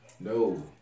no